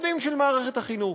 עובדים של מערכת החינוך.